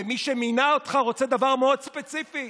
ומי שמינה אותך רוצה דבר מאוד ספציפי: